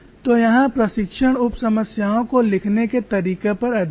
तो यहाँ प्रशिक्षण उप समस्याओं को लिखने के तरीके पर अधिक है